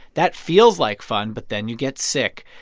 that feels like fun, but then you get sick.